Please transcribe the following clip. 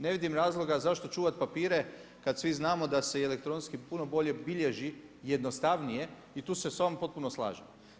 Ne vidim razloga zašto čuvati papire kada svi znamo da se i elektronski puno bolje bilježi i jednostavnije i tu se s vama potpuno slažem.